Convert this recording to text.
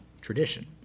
tradition